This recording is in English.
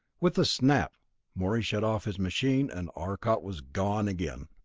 with a snap morey shut off his machine and arcot was gone again.